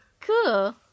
Cool